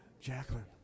Jacqueline